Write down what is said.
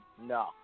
No